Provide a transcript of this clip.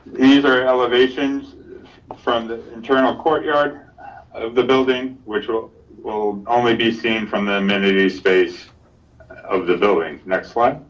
these are elevations from the internal courtyard of the building, which will will only be seen from the amenities space of the buildings. next slide.